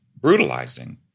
brutalizing